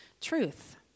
truth